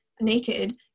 naked